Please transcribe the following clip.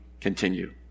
continue